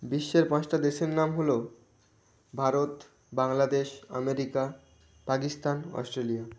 বিশ্বের পাঁচটা দেশের নাম হলো ভারত বাংলাদেশ আমেরিকা পাকিস্তান অস্ট্রেলিয়া